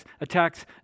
attacks